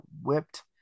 whipped